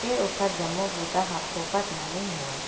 फेर ओखर जम्मो बूता ह फोकट म नइ होवय